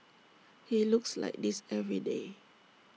he looks like this every day